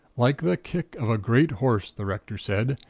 like the kick of a great horse, the rector said,